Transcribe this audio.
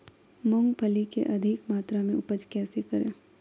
मूंगफली के अधिक मात्रा मे उपज कैसे करें?